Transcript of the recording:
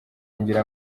ngiro